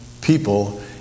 people